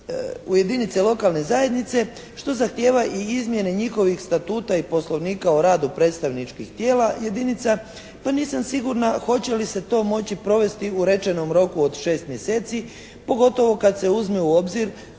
u jedinice lokalne zajednice što zahtijeva i izmjene njihovih statuta i poslovnika o radu predstavničkih tijela jedinica, pa nisam sigurna hoće li se to moći provesti u rečenom roku od 6 mjeseci, pogotovo kad se uzme u obzir